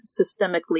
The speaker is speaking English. systemically